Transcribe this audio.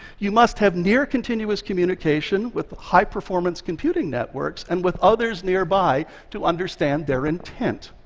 you must have near-continuous communication with high-performance computing networks and with others nearby to understand their intent.